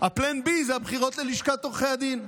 ה-Plan B זה הבחירות ללשכת עורכי הדין.